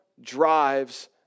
drives